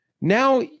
now